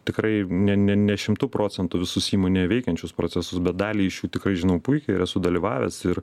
tikrai ne ne ne šimtu procentų visus įmonėje veikiančius procesus bet dalį iš jų tikrai žinau puikiai ir esu dalyvavęs ir